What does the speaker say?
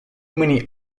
many